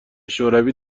شوروی